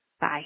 Bye